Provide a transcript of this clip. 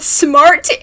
smart